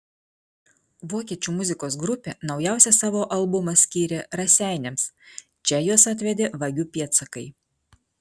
vokiečių muzikos grupė naujausią savo albumą skyrė raseiniams čia juos atvedė vagių pėdsakai